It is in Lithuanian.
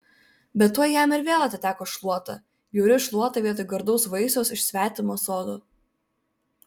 bet tuoj jam ir vėl atiteko šluota bjauri šluota vietoj gardaus vaisiaus iš svetimo sodo